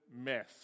mess